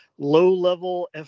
low-level